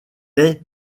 est